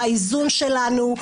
האיזון שלנו,